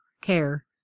care